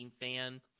fan